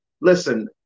listen